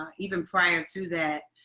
ah even prior to that,